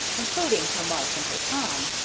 including her mark and her tom,